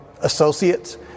associates